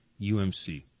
UMC